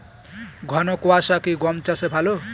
ঘন কোয়াশা কি গম চাষে ভালো?